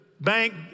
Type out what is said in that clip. bank